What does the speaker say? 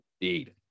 indeed